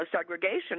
segregation